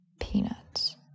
peanuts